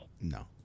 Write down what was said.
No